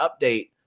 update